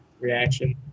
reaction